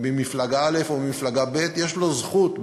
ממפלגה א' או ממפלגה ב'; יש לו זכות,